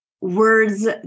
words